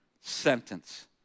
sentence